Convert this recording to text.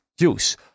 use